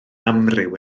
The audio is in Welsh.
amryw